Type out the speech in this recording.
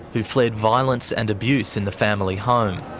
who fled violence and abuse in the family home.